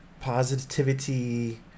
positivity